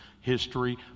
History